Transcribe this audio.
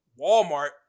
Walmart